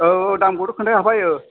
औ औ दामखौथ' खोन्थाखाबाय ओ